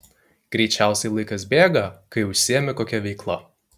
greičiausiai laikas bėga kai užsiimi kokia veikla